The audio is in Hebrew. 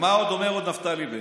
ומה עוד אומר נפתלי בנט?